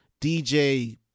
DJ